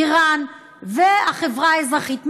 איראן והחברה האזרחית,